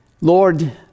Lord